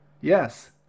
Yes